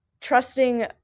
trusting